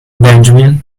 benjamin